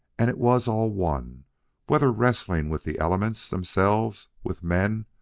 and it was all one whether wrestling with the elements themselves, with men,